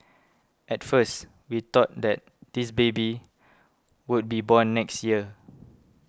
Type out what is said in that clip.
at first we thought that this baby would be born next year